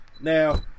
now